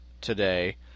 today